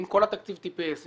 אם כל התקציב טיפס,